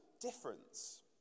difference